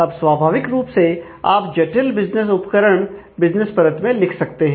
अब स्वाभाविक रूप से आप जटिल बिजनेस उपकरण बिजनेस परत में लिख सकते हैं